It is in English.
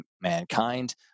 mankind